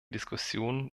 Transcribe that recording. diskussionen